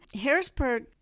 harrisburg